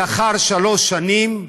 לאחר שלוש שנים,